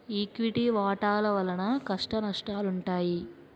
equity వాటాల వలన కష్టనష్టాలుంటాయి